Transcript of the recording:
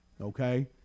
Okay